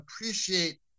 appreciate